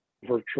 virtual